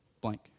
blank